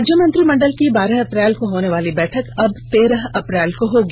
राज्य मंत्रिमंडल की बारह अप्रैल को होने वाली बैठक अब तेरह अप्रैल को होगी